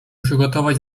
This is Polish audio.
przygotować